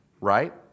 right